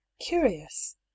curious